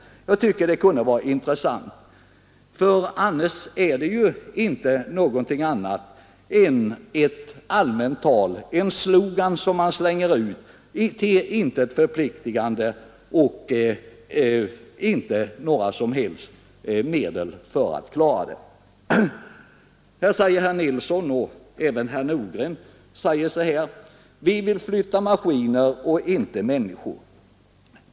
Jag tycker att det vore intressant att få det, eftersom detta annars inte är någonting annat än allmänt tal — en slogan som man slänger ut till intet förpliktande. Herr Nilsson i Tvärålund och även herr Nordgren säger att de vill flytta maskiner och inte människor.